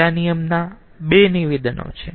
બીજા નિયમના બે નિવેદનો છે